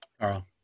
Carl